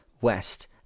West